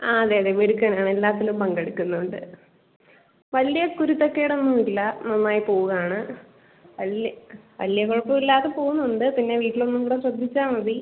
ആ അതെ അതെ മിടുക്കൻ ആ എല്ലാത്തിലും പങ്കെടുക്കുന്നുണ്ട് വലിയ കുരുത്തക്കേട് ഒന്നും ഇല്ല നന്നായി പോവാണ് വലിയ വലിയ കുഴപ്പം ഇല്ലാതെ പോവുന്നുണ്ട് പിന്നെ വീട്ടിലൊന്നും കൂടെ ശ്രദ്ധിച്ചാൽ മതി